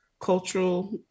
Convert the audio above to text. cultural